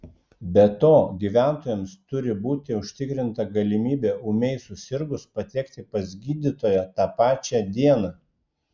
be to gyventojams turi būti užtikrinta galimybė ūmiai susirgus patekti pas gydytoją tą pačią dieną